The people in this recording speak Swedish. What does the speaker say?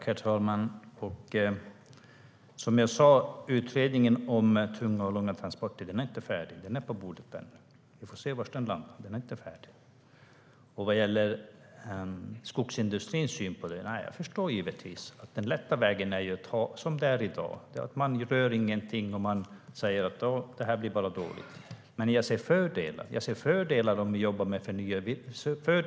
Herr talman! Som jag sa är inte utredningen om tunga och långa transporter färdig, så vi får se var den landar. Jag förstår skogsindustrins syn på detta. Den lätta vägen är att göra som i dag, inte göra någonting eller att säga att det här blir bara dåligt. Men jag ser fördelar om vi jobbar med förnybart.